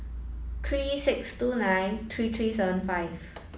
three six two nine three three seven five